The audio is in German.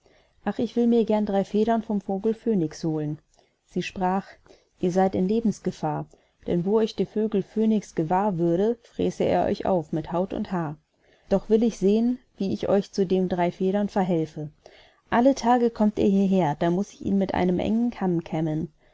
ach ich will mir gern drei federn vom vogel phönix holen sie sprach ihr seyd in lebensgefahr denn wo euch der vogel phönix gewahr würde fräße er euch auf mit haut und haar doch will ich sehen wie ich euch zu den drei federn verhelfe alle tage kommt er hierher da muß ich ihn mit einem engen kamm kämmen